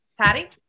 patty